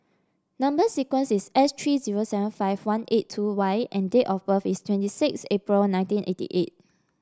number sequence is S three zero seven five one eight two Y and date of birth is twenty six April nineteen eighty eight